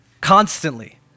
constantly